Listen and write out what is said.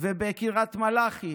ובקריית מלאכי